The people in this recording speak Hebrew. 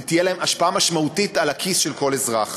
ותהיה לה השפעה משמעותית על הכיס של כל אזרח.